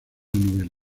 novela